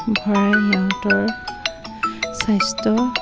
ঘৰ সিহঁতৰ স্বাস্থ্য